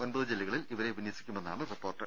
ഒൻപത് ജില്ലകളിൽ ഇവരെ വിന്യസിക്കുമെന്നാണ് റിപ്പോർട്ട്